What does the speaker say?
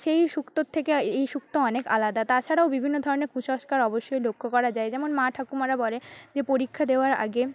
সেই সুক্তোর থেকে এই সুক্তো অনেক আলাদা তাছাড়া বিভিন্ন ধরনের কুসংস্কার অবশ্যই লক্ষ্য করা যায় যেমন মা ঠাকুমারা বলে যে পরীক্ষা দেওয়ার আগে